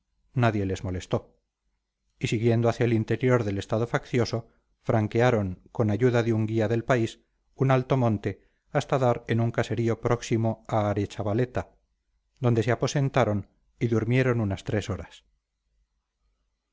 nadie les molestó y siguiendo hacia el interior del estado faccioso franquearon con ayuda de un guía del país un alto monte hasta dar en un caserío próximo a arechavaleta donde se aposentaron y durmieron unas tres horas